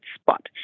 spot